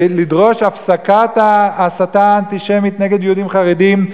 לדרוש הפסקת ההסתה האנטישמית נגד יהודים חרדים,